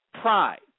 pride